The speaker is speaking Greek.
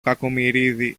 κακομοιρίδη